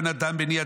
יונתן בני,